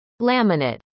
Laminate